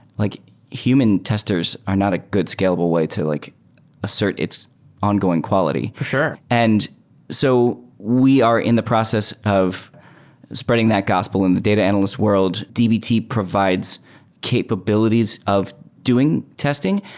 like human testers are not a good scalable way to like assert its ongoing quality for sure. and so we are in the process of spreading that gospel in the data analyst world. dbt provides capabilities of doing testing.